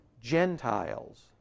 Gentiles